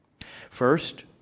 First